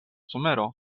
somero